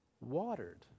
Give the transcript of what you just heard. watered